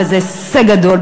וזה הישג גדול,